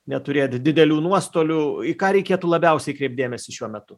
neturėti didelių nuostolių į ką reikėtų labiausiai kreipt dėmesį šiuo metu